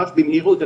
ממש במהירות,